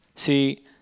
See